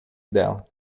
dela